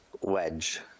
wedge